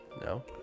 No